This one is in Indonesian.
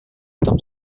tom